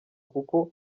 kuko